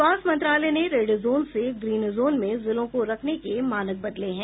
स्वास्थ्य मंत्रालय ने रेड जोन से ग्रीन जोन में जिलों को रखने के मानक बदले हैं